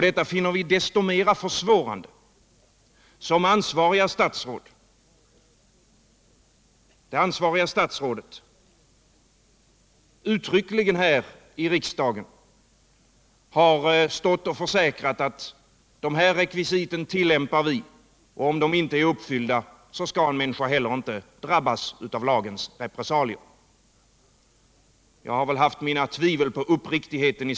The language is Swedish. Detta finner vi desto mer försvårande som det ansvariga statsrådet utryckligen här i riksdagen har försäkrat att en människa inte skall drabbas av lagens repressalier, om rekvisiten inte är uppfyllda.